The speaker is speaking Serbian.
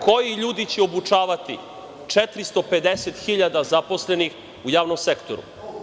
Koji ljudi će obučavat 450 hiljada zaposlenih u javnom sektoru?